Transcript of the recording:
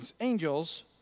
angels